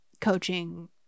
coaching